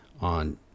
on